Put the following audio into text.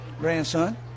grandson